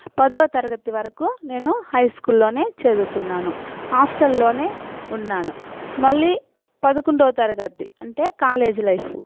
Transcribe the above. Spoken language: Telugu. పదోతరగతి వరకు నేను హై స్కూల్లోనే చదువుకున్నాను హాస్టల్లోనే ఉన్నేను మళ్ళీ పదకొండో తరగతి అంటే కాలేజీ లైఫు